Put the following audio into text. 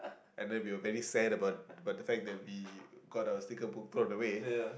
and then we were very sad about about the fact that we got our sticker book thrown away